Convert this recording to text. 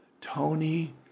Tony